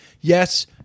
yes